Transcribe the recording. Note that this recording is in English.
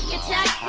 yeah attack